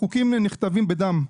החוקים נכתבים בדם.